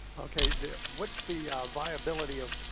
okay. then what's the viability of,